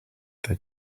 they